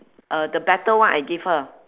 uh the better one I gave her